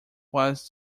was